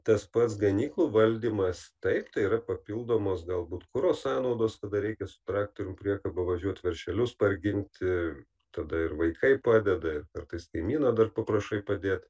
tas pats ganyklų valdymas taip tai yra papildomos galbūt kuro sąnaudos kada reikia su traktorium priekaba važiuot veršelius parginti tada ir vaikai padeda ir kartais kaimyno dar paprašai padėt